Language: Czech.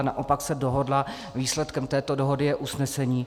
Naopak se dohodla, výsledkem této dohody je usnesení.